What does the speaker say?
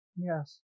yes